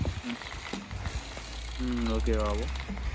okay Babu